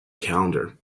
calendar